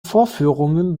vorführungen